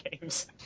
games